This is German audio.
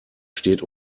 steht